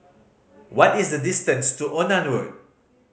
what is the distance to Onan Road